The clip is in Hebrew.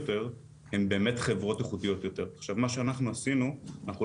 אנחנו לא בדקנו נתונים על סגירה אלא אנחנו בדקנו